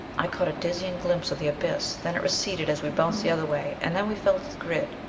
i caught a dizzying glimpse of the abyss. then it receded as we bounced the other way. and then we fell to the grid.